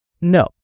No